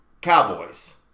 Cowboys